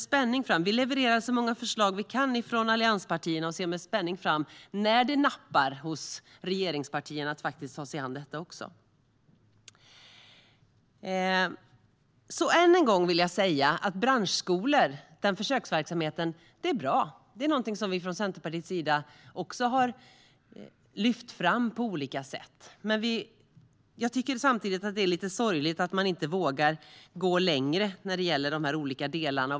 Vi levererar så många förslag vi kan från allianspartierna och ser med spänning fram emot att det nappar hos regeringspartierna och att de faktiskt tar sig an detta. Än en gång vill jag säga att försöksverksamheten med branschskolor är bra. Det är någonting som vi från Centerpartiets sida har lyft fram på olika sätt. Men jag tycker samtidigt att det är lite sorgligt att man inte vågar gå längre när det gäller de olika delarna.